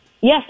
Yes